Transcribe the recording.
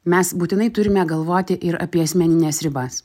mes būtinai turime galvoti ir apie asmenines ribas